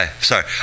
sorry